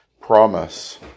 promise